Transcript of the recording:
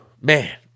man